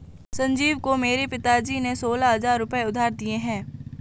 संजीव को मेरे पिताजी ने सोलह हजार रुपए उधार दिए हैं